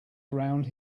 around